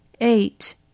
Eight